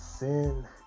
Sin